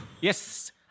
Yes